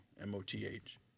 M-O-T-H